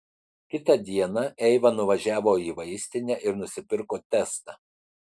kitą dieną eiva nuvažiavo į vaistinę ir nusipirko testą